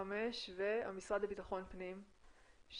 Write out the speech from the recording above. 105 והמשרד לבטחון פנים,